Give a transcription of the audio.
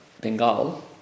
Bengal